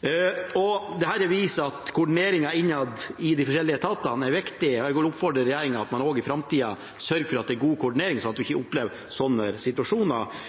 Dette viser at koordineringen innad i de forskjellige etatene er viktig, og jeg oppfordrer regjeringen til at man også i framtida sørger for at det er god koordinering, slik at